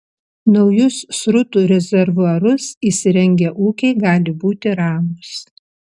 naujus srutų rezervuarus įsirengę ūkiai gali būti ramūs